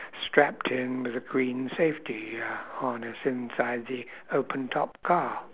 strapped in with a green safety uh harness inside the the open top car